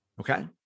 Okay